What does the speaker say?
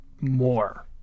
more